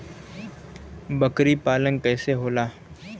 बकरी पालन कैसे होला?